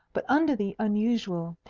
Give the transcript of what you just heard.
but under the unusual,